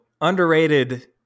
Underrated